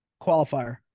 qualifier